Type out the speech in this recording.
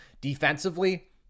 defensively